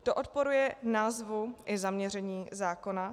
To odporuje názvu i zaměření zákona.